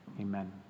Amen